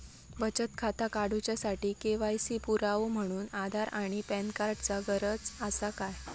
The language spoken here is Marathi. बचत खाता काडुच्या साठी के.वाय.सी पुरावो म्हणून आधार आणि पॅन कार्ड चा गरज आसा काय?